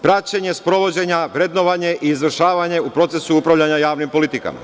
Praćenje sprovođenja, vrednovanje i izvršavanje u procesu upravljanja javnim politikama.